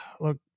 look